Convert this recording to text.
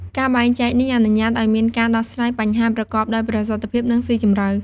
ការបែងចែកនេះអនុញ្ញាតឱ្យមានការដោះស្រាយបញ្ហាប្រកបដោយប្រសិទ្ធភាព និងស៊ីជម្រៅ។